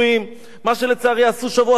מה שלצערי עשו בשבוע שעבר שוב,